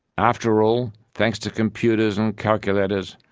after all, thanks to computers and calculators,